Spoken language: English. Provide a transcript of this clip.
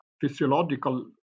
physiological